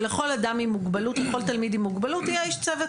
שלכל אדם עם מוגבלות לכול תלמיד עם מוגבלות יהיה איש צוות